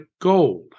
gold